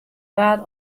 waard